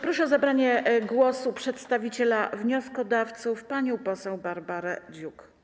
Proszę o zabranie głosu przedstawiciela wnioskodawców panią poseł Barbarę Dziuk.